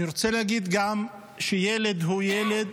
אני רוצה גם לומר שילד הוא ילד